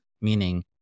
meaning